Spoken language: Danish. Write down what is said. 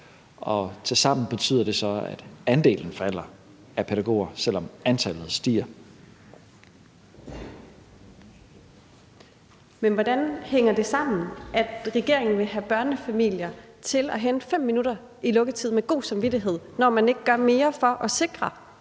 og tilsammen betyder det så, at andelen af pædagoger falder, selv om antallet stiger. Kl. 13:57 Lotte Rod (RV): Men hvordan hænger det sammen, at regeringen vil have børnefamilier til at hente børnene 5 minutter i lukketid med god samvittighed, når man ikke gør mere for at sikre,